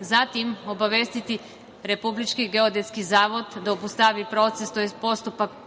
Zatim, obavestiti Republički geodetski zavod da obustavi proces, tj. postupak